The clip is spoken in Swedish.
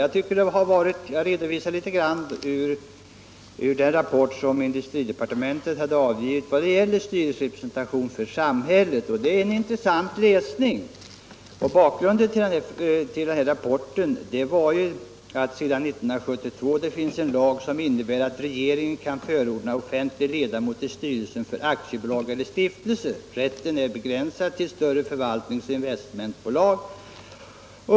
Jag redogjorde förut litet grand för den rapport som industridepartementet har avgivit i vad gäller styrelserepresentationen för samhället, och det är en intressant läsning. Bakgrunden till rapporten är ju att det sedan 1972 finns en lag som innebär att regeringen kan förordna offentlig ledamot i styrelsen för aktiebolag eller stiftelse — rätten är begränsad till större förvaltningsoch investmentbolag.